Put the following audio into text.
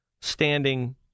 standing